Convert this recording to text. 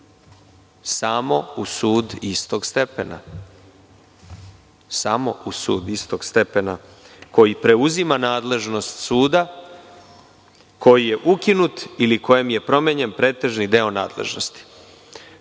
samo u sud istog stepena“. Znači, samo u sud istog stepena, „koji preuzima nadležnost suda koji je ukinut ili kojem je promenjen pretežni deo nadležnosti.“Šta